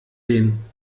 den